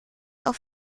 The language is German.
auf